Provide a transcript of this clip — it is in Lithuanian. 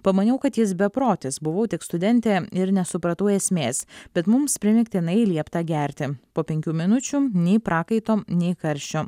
pamaniau kad jis beprotis buvau tik studentė ir nesupratau esmės bet mums primygtinai liepta gerti po penkių minučių nei prakaito nei karščio